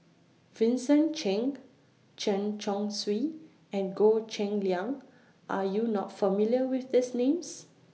Vincent Cheng Chen Chong Swee and Goh Cheng Liang Are YOU not familiar with These Names